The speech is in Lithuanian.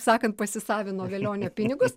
sakant pasisavino velionio pinigus